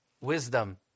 Wisdom